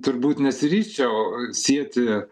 turbūt nesiryžčiau sieti